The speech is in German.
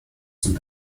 zum